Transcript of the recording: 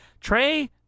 trey